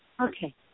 Okay